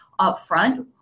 upfront